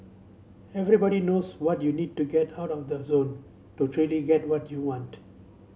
everybody knows what you need to get out of the zone to truly get what you want